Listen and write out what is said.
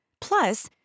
Plus